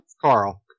Carl